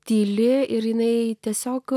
tyli ir jinai tiesiog